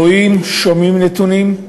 רואים ושומעים בנתונים.